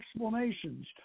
explanations